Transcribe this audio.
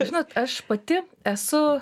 žinot aš pati esu